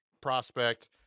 prospect